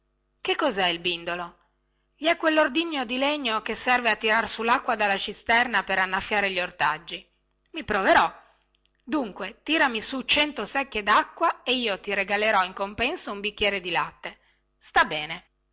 che cosè il bindolo gli è quellordigno di legno che serve a tirar su lacqua dalla cisterna per annaffiare gli ortaggi i proverò dunque tirami su cento secchie dacqua e io ti regalerò in compenso un bicchiere di latte sta bene